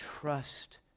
trust